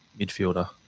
midfielder